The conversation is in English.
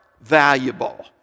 valuable